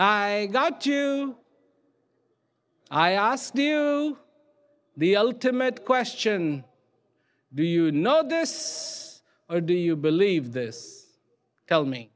i got you i ask the ultimate question do you know this or do you believe this tell me